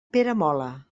peramola